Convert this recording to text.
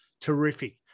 terrific